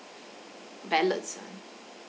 ballots ah